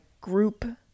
group